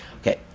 Okay